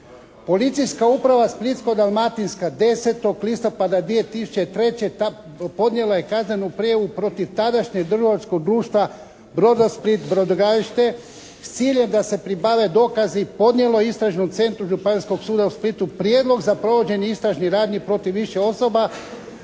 Policijska uprava Splitsko-dalmatinska 10. listopada 2003. podnijela je kaznenu prijavu protiv tadašnjeg Trgovačkog društva "Brodosplit – brodogradilište" s ciljem da se pribave dokazi i podnijelo Istražnom centru Županijskog suda u Splitu prijedlog za provođenje istražnih radnji protiv više osoba.